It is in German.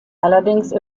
allerdings